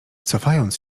cofając